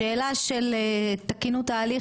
השאלה של תקינות ההליך